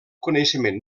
coneixement